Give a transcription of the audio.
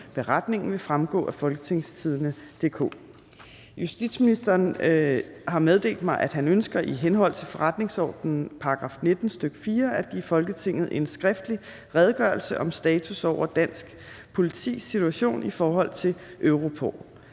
Beretningen vil fremgå af www.folketingstidende.dk. Justitsministeren (Nick Hækkerup) har meddelt mig, at han ønsker i henhold til forretningsordenens § 19, stk. 4, at give Folketinget en Skriftlig redegørelse om status over dansk politis situation i forhold til Europol.